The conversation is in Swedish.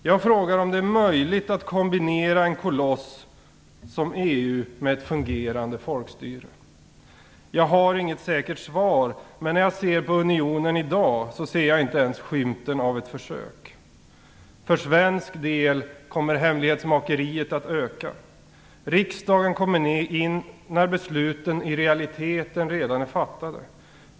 Jag frågar om det är möjligt att kombinera en koloss som EU med ett fungerande folkstyre. Jag har inget säkert svar, och när jag ser på unionen i dag ser jag inte ens skymten av ett försök. För svensk del kommer hemlighetsmakeriet att öka. Riksdagen kommer in i bilden när besluten i realiteten redan är fattade.